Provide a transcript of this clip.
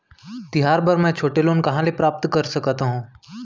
तिहार बर मै छोटे लोन कहाँ ले प्राप्त कर सकत हव?